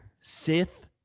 sith